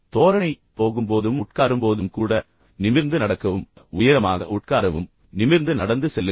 தோரணை போகும்போதும் உட்காரும்போதும் கூட நிமிர்ந்து நடக்கவும் பின்னர் உயரமாக உட்காரவும் முன்பு சொன்னது போல் நிமிர்ந்து நடந்து செல்லுங்கள்